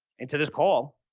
into this call.